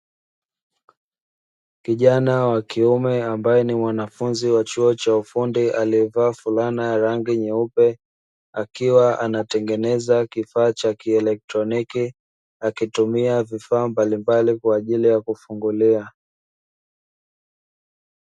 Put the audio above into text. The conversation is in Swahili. Kijana wa kiume ambaye ni mwanafunzi wa chuo cha ufundi alivaa fulana ya rangi nyeupe, akiwa anatengeneza kifaa cha kielektroniki, akitumia vifaa mbalimbali kwa ajili ya kufungulia.